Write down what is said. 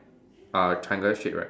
uh triangle shape right